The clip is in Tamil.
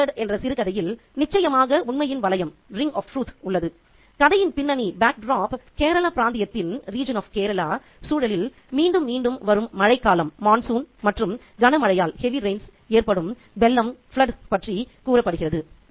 இன் த ஃப்ளட்' என்ற சிறுகதையில் நிச்சயமாக உண்மையின் வளையம் உள்ளது கதையின் பின்னணி கேரளா பிராந்தியத்தின் சூழலில் மீண்டும் மீண்டும் வரும் மழைக்காலம் மற்றும் கனமழையால் ஏற்படும் வெள்ளம் பற்றிக் கூறப்பட்டிருக்கிறது